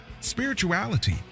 spirituality